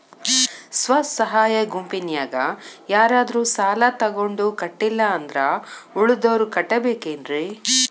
ಸ್ವ ಸಹಾಯ ಗುಂಪಿನ್ಯಾಗ ಯಾರಾದ್ರೂ ಸಾಲ ತಗೊಂಡು ಕಟ್ಟಿಲ್ಲ ಅಂದ್ರ ಉಳದೋರ್ ಕಟ್ಟಬೇಕೇನ್ರಿ?